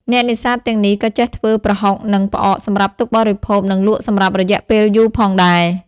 អ្នកនេសាទទាំងនេះក៏ចេះធ្វើ ប្រហុក និងផ្អកសម្រាប់ទុកបរិភោគនិងលក់សម្រាប់រយៈពេលយូរផងដែរ។